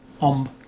om